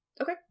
Okay